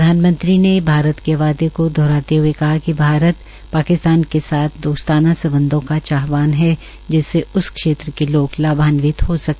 प्रधानमंत्री ने भारत के वादे को दोहराते हुए कहा कि भारत पाकिस्तान के साथ दोस्ताना सम्बधों का चाहवान है जिससे उस क्षेत्र में लोग लाभान्वित हो सके